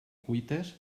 cuites